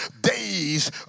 days